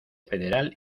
federal